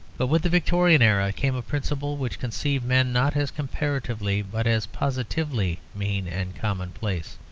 but with the victorian era came a principle which conceived men not as comparatively, but as positively, mean and commonplace.